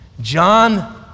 John